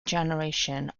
generation